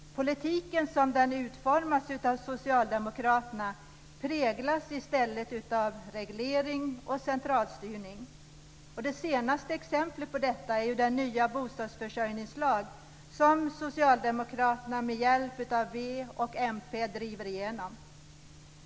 Politiken som den utformas av socialdemokraterna präglas i stället av reglering och centralstyrning. Det senaste exemplet på detta är ju den nya bostadsförsörjningslag som socialdemokraterna med hjälp av v och mp driver igenom.